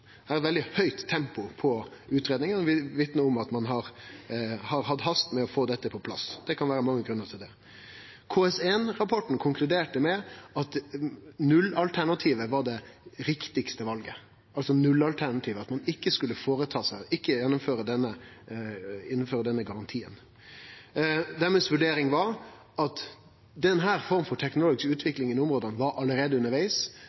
veldig høgt tempo på utgreiinga, og det vitnar om at ein har hatt hast med å få dette på plass. Det kan vere mange grunnar til det. KS1-rapporten konkluderte med at nullalternativet var det riktigaste valet, altså at ein ikkje skulle innføre denne garantien. Deira vurdering var at denne forma for teknologisk utvikling i nordområda allereie var